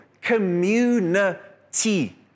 community